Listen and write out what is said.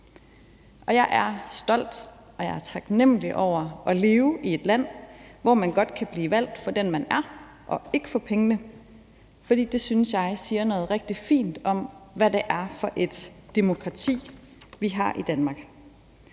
jeg er stolt, og jeg er taknemlig over at leve i et land, hvor man godt kan blive valgt for den, man er, og ikke for pengene. For det synes jeg siger noget rigtig fint om, hvad det er for et demokrati, vi har i Danmark,